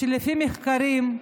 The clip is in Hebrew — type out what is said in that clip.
שלפי מחקרים,